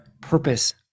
purpose